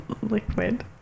liquid